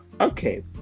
okay